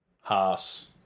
Haas